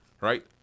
right